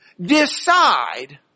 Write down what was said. decide